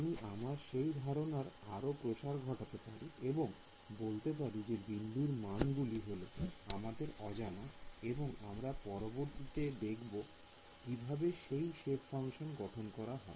আমি আমার সেই ধারণার আরো প্রসার ঘটাতে পারি এবং বলতে পারি যে বিন্দুর মানগুলি হল আমাদের অজানা এবং আমরা পরবর্তীতে দেখব কিভাবে এই সেপ ফাংশন গঠন করা হয়